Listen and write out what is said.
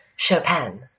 Chopin